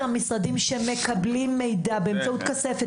המשרדים שמקבלים מידע באמצעות כספת.